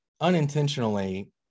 unintentionally